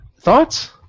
thoughts